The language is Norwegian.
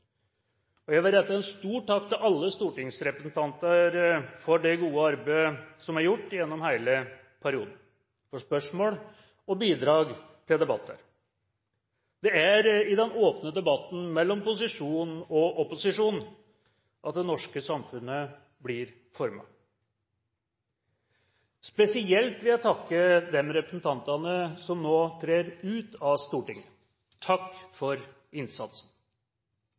Og jeg vil rette en stor takk til alle stortingsrepresentanter for det gode arbeidet som er gjort gjennom hele perioden, for spørsmål og for bidrag til debatter. Det er i den åpne debatten mellom posisjon og opposisjon at det norske samfunnet blir formet. Spesielt vil jeg takke de representantene som nå trer ut av Stortinget. Takk for innsatsen!